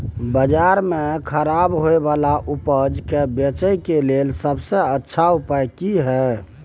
बाजार में खराब होय वाला उपज के बेचय के लेल सबसे अच्छा उपाय की हय?